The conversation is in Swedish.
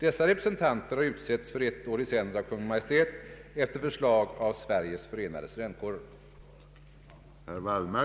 Dessa representanter har utsetts för ett år i sänder av Kungl. Maj:t efter förslag av Sveriges förenade studentkårer.